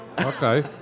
Okay